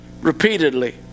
repeatedly